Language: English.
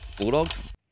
Bulldogs